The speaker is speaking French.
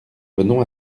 venons